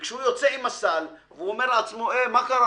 וכשהוא יוצא עם הסל, הוא אומר לעצמו: מה קרה?